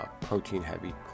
protein-heavy